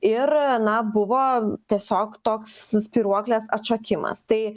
ir na buvo tiesiog toks spyruoklės atšokimas tai